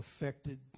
affected